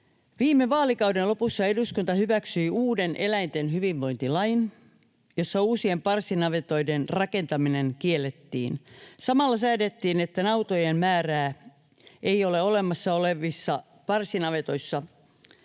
Viime vaalikauden lopussa eduskunta hyväksyi uuden eläinten hyvinvointilain, jossa uusien parsinavetoiden rakentaminen kiellettiin. Samalla säädettiin, että nautojen määrää ei olemassa olevissa parsinavetoissa